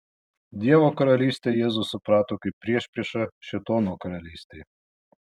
dievo karalystę jėzus suprato kaip priešpriešą šėtono karalystei